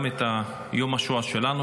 גם את יום השואה שלנו,